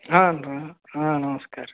ಹಾಂ ರೀ ಹಾಂ ನಮಸ್ಕಾರ ರೀ ನಮ